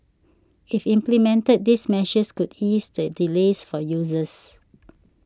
if implemented these measures could eased the delays for users